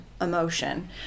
emotion